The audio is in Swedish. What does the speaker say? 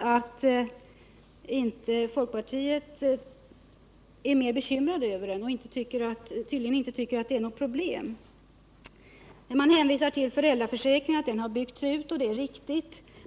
över att man inom folkpartiet inte är mer bekymrad över frågan om barnvårdarverksamheten — man tycker tydligen inte att den är något problem. Man hänvisar till att föräldraförsäkringen har byggts ut, och det är riktigt.